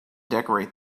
decorate